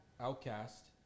Outcast